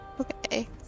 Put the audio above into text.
okay